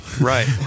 Right